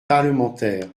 parlementaires